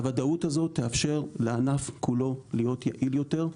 הוודאות הזו תאפשר לענף כולו להיות יעיל יותר.